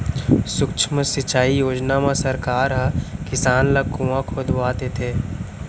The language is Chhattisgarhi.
सुक्ष्म सिंचई योजना म सरकार ह किसान ल कुँआ खोदवा देथे